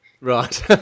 Right